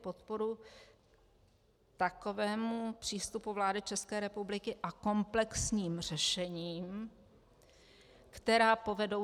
Vyjadřuje podporu takovému přístupu vlády České republiky a komplexním řešením, která povedou